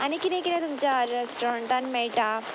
आनी कितें कितें तुमच्या रेस्टोरंटान मेयटा